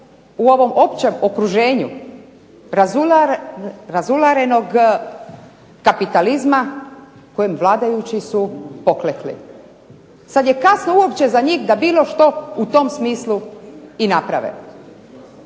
u ovom općem okruženju razularenog kapitalizma kojem vladajući su poklekli. Sada je kasno uopće za njih da bilo što u tom smislu i naprave.